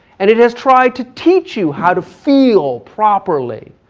and it has tried to teach you how to feel properly,